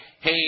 Hey